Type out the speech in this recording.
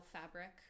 fabric